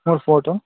ಮೂರು ಫೋಟೊ